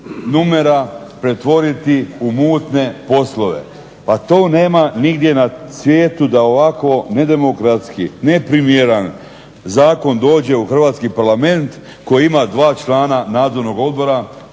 numera pretvoriti u mutne poslove. Pa to nema nigdje na svijetu da ovako nedemokratski neprimjeran zakon dođe u hrvatski Parlament koji ima dva člana nadzornog odbora,